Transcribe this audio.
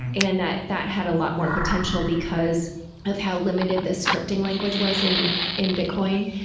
and that that had a lot more potential, because of how limited the scripting language was in in bitcoin.